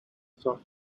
software